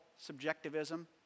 subjectivism